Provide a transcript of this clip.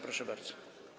Proszę bardzo.